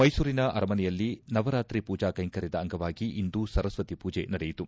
ಮೈಸೂರಿನ ಅರಮನೆಯಲ್ಲಿ ನವರಾತ್ರಿ ಪೂಜಾ ಕೈಂಕರ್ಯದ ಅಂಗವಾಗಿ ಇಂದು ಸರಸ್ವತಿ ಪೂಜೆ ನಡೆಯಿತು